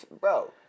Bro